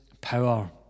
power